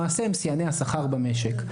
למעשה, הם שיאני השכר במשק.